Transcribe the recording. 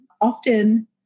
Often